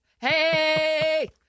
hey